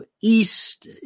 East